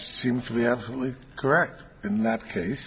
seem to be absolutely correct in that case